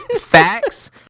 facts